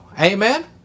Amen